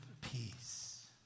peace